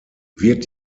wird